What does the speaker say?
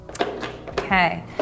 Okay